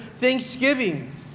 thanksgiving